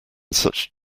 such